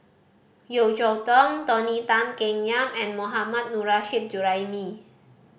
Yeo Cheow Tong Tony Tan Keng Yam and Mohammad Nurrasyid Juraimi